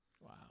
Wow